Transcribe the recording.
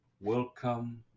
Welcome